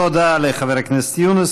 תודה לחבר הכנסת יונס.